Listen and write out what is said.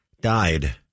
died